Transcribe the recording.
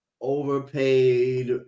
overpaid